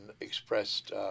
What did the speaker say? expressed